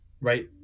right